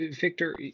Victor